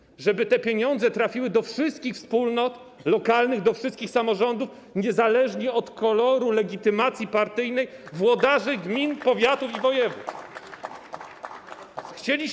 Chodzi o to, żeby te pieniądze trafiły do wszystkich wspólnot lokalnych, do wszystkich samorządów, niezależnie od koloru legitymacji partyjnych włodarzy gmin, powiatów i województw.